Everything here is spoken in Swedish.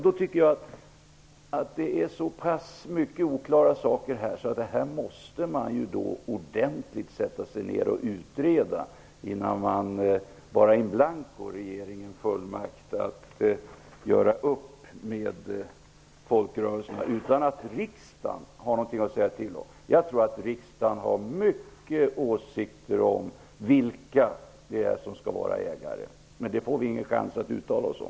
Det här är så pass oklart att man måste sätta sig ned och ordentligt utreda innan man ger regeringen fullmakt in blanco att göra upp med folkrörelserna utan att riksdagen har någonting att säga till om. Jag tror att riksdagen har många åsikter om vem som skall vara ägare. Men det får vi ingen chans att uttala oss om.